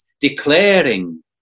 declaring